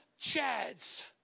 Chads